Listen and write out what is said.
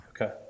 Okay